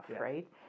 right